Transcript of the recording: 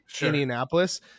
Indianapolis